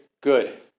Good